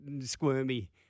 squirmy